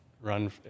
run